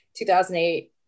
2008